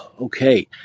Okay